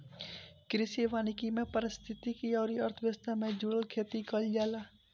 कृषि वानिकी में पारिस्थितिकी अउरी अर्थव्यवस्था से जुड़ल खेती कईल जाला